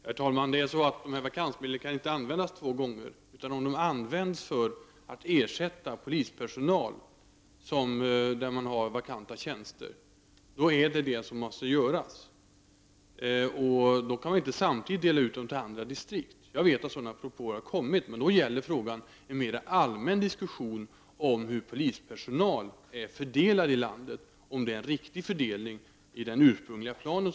Herr talman! Dessa vakansmedel kan inte användas två gånger. Om de används för att ersätta polispersonal vid vakanser så är det detta som måste göras. Då kan man inte samtidigt dela ut dessa pengar till andra distrikt. Jag vet att sådana propåer har kommit, men då gäller frågan en mer allmän diskussion om hur polispersonalen är fördelad i landet och om det är en riktig fördelning i den ursprungliga planen.